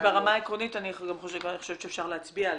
שברמה העקרונית אני גם חושבת שאפשר להצביע,